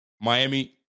Miami